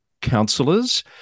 councillors